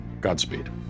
Godspeed